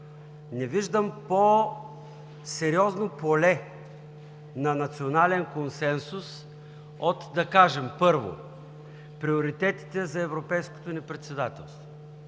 Не виждам по-сериозно поле на национален консенсус, от, да кажем, първо: приоритетите за европейското ни председателство.